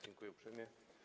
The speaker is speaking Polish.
Dziękuję uprzejmie.